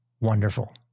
wonderful